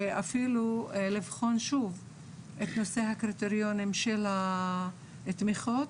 ואפילו לבחון שוב את נושא הקריטריונים של התמיכות,